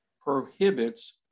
prohibits